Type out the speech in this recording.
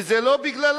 וזה לא בגללם.